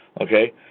Okay